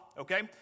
okay